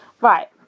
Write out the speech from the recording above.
right